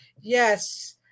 Yes